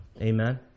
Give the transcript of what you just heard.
Amen